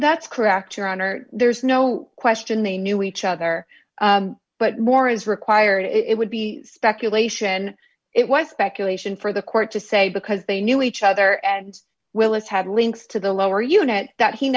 that's correct your honor there's no question they knew each other but more is required it would be speculation it was speculation for the court to say because they knew each other and willis had links to the lower unit that he